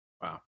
Wow